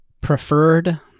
Preferred